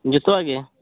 ᱡᱚᱛᱚᱣᱟᱜ ᱜᱮ